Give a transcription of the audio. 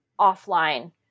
offline